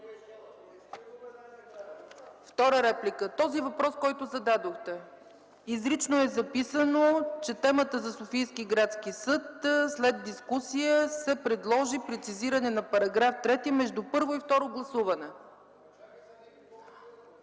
от микрофоните.) Този въпрос, който зададохте – изрично е записано, че по темата за Софийския районен съд след дискусия се предложи прецизиране на § 3 между първо и второ гласуване.